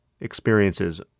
experiences